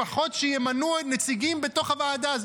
לפחות, שימנו נציגים בתוך הוועדה.